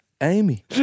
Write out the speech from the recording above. Amy